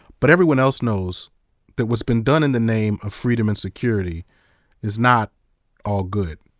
but everyone else knows that what's been done in the name of freedom and security is not all good.